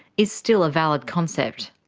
is still a valid concept.